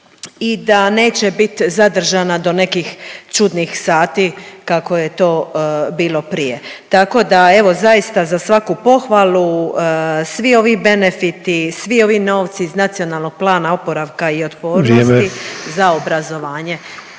i da neće bit zadržana do nekih čudnih sati, kako je to bilo prije, tako da evo zaista za svaku pohvalu. Svi ovi benefiti, svi ovi novci iz NPOO-a…/Upadica Sanader: Vrijeme./…za obrazovanje